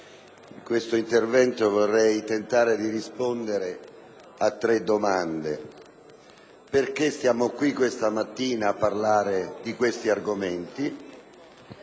onorevoli colleghi, vorrei tentare di rispondere a tre domande: perché siamo qui, questa mattina, a parlare di questi argomenti,